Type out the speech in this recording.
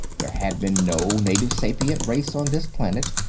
there had been no native sapient race on this planet,